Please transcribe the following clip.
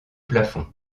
plafond